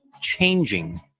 changing